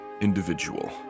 individual